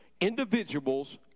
individual's